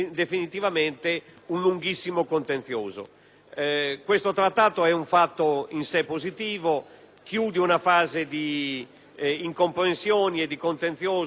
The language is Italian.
Questo Trattato rappresenta un atto in sé positivo, in quanto chiude una fase di incomprensioni e di contenzioso tra il nostro Paese e la Libia;